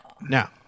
Now